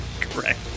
Correct